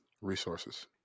Resources